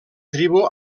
tribu